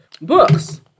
books